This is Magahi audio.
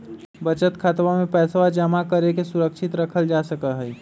बचत खातवा में पैसवा जमा करके सुरक्षित रखल जा सका हई